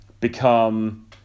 become